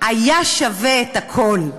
היה שווה הכול.